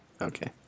Okay